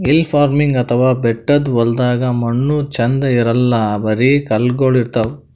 hill farming ಅಥವಾ ಬೆಟ್ಟದ್ ಹೊಲ್ದಾಗ ಮಣ್ಣ್ ಛಂದ್ ಇರಲ್ಲ್ ಬರಿ ಕಲ್ಲಗೋಳ್ ಇರ್ತವ್